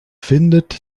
findet